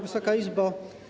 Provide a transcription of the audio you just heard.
Wysoka Izbo!